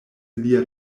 lia